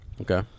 Okay